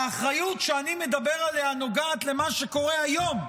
האחריות שאני מדבר עליה נוגעת למה שקורה היום,